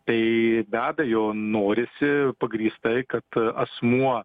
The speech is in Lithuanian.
tai be abejo norisi pagrįstai kad asmuo